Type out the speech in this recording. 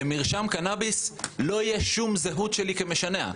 במרשם קנביס לא תהיה שום זהות שלי כמשנע.